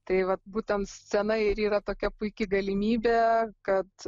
tai vat būtent scena ir yra tokia puiki galimybė kad